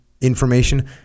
information